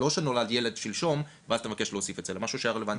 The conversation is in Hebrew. לא שנולד ילד שלשום ואז אתה מבקש להוסיף את זה אלא משהו שהיה רלוונטי.